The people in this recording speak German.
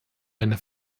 eine